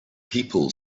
people